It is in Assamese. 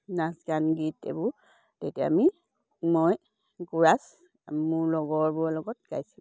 নাচ গান গীত এইবোৰ তেতিয়া আমি মই কোৰাছ মোৰ লগৰবোৰৰ লগত গাইছিলোঁ